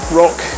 rock